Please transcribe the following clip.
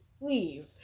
leave